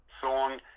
song